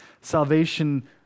salvation